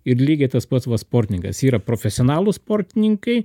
ir lygiai tas pats sportininkas yra profesionalūs sportininkai